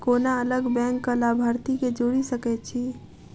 कोना अलग बैंकक लाभार्थी केँ जोड़ी सकैत छी?